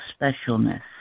specialness